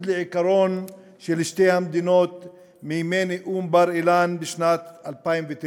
לעיקרון של שתי המדינות מימי נאום בר-אילן בשנת 2009,